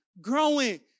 growing